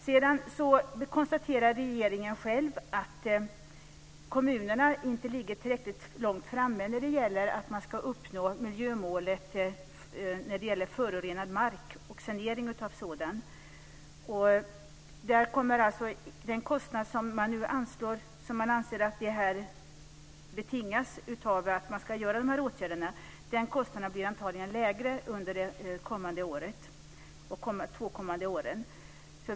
Sedan konstaterar regeringen själv att kommunerna inte ligger tillräckligt långt framme när det gäller att uppnå miljömålet för förorenad mark och sanering av sådan. Den kostnad som man nu anser att vidtagandet av de här åtgärderna betingar blir antagligen lägre under de två kommande åren.